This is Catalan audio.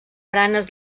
baranes